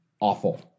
awful